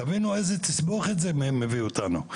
תבינו איזו תסבוכת זה מביא אותנו.